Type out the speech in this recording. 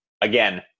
Again